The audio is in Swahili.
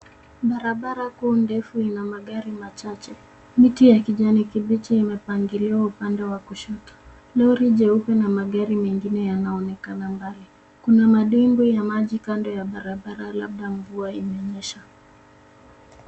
Barabara kuu ndefu ina magari machache. Miti ya kijani kibichi imepangiliwa upande wa kushoto. Lori jeupe na magari mengine yanaonekana mbali. Kuna madimbwi ya maji kando ya barabara labda mvua imenyesha.